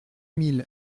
mille